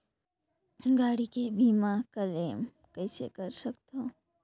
गाड़ी के बीमा क्लेम कइसे कर सकथव?